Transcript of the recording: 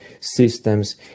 systems